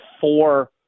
four